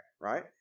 right